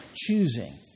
choosing